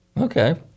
Okay